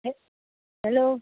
hello